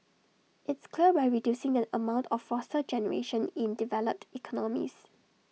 it's clear we're reducing the amount of fossil generation in developed economies